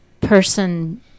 person